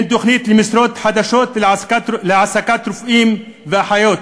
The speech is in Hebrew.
אין תוכנית למשרות חדשות ולהעסקת רופאים ואחיות,